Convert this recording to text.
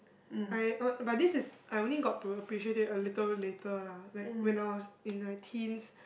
I uh but this is I only got to appreciate it a little later lah like when I was in the teens